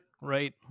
right